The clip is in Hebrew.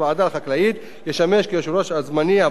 ישמש כיושב-ראש זמני הוותיק מבין חבריה,